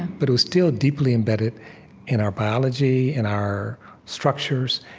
but it was still deeply embedded in our biology, in our structures,